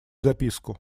записку